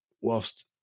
whilst